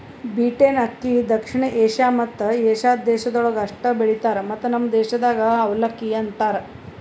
beaten ಅಕ್ಕಿ ದಕ್ಷಿಣ Asia ಮತ್ತ ಏಷ್ಯಾದ ದೇಶಗೊಳ್ದಾಗ್ ಅಷ್ಟೆ ಬೆಳಿತಾರ್ ಮತ್ತ ನಮ್ ದೇಶದಾಗ್ ಅವಲಕ್ಕಿ ಅಂತರ್